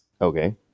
Okay